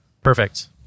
Perfect